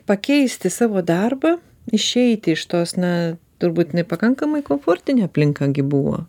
pakeisti savo darbą išeiti iš tos na turbūt nepakankamai komfortinė aplinka gi buvo